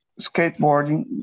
skateboarding